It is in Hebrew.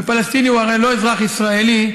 ופלסטיני הוא הרי לא אזרח ישראלי,